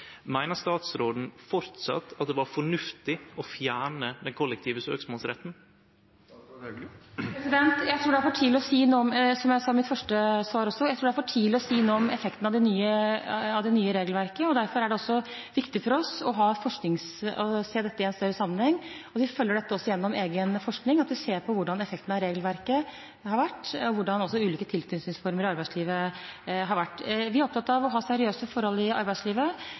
meiner statsråden framleis at det var fornuftig å fjerne den kollektive søksmålsretten? Jeg tror det er for tidlig, som jeg også sa i mitt første svar, å si noe om effekten av det nye regelverket. Derfor er det også viktig for oss å se dette i en større sammenheng, at vi følger dette gjennom egen forskning, og at vi ser på hvordan effekten av regelverket har vært, og hvordan ulike tilknytningsformer i arbeidslivet har vært. Vi er opptatt av å ha seriøse forhold i arbeidslivet,